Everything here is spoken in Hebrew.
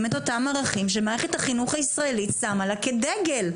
את אותם ערכים שמערכת החינוך הישראלית שמה לה כדגל?